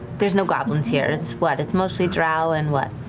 there's no goblins here, it's what, it's mostly drow and what?